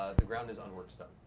the ground is unworked stone.